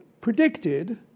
predicted